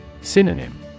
Synonym